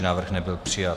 Návrh nebyl přijat.